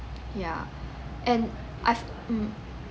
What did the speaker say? ya and I fe~ mm